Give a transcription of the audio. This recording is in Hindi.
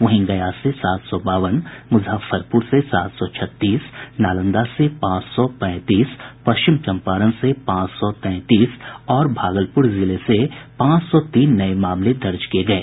वहीं गया से सात सौ बावन मुजफ्फरपुर से सात सौ छत्तीस नालंदा से पांच सौ पैंतीस पश्चिमी चंपारण से पांच सौ तैंतीस और भागलपुर जिले से पांच सौ तीन नये मामले दर्ज किये गये